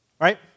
right